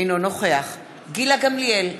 אינו נוכח גילה גמליאל,